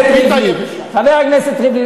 חבר הכנסת ריבלין,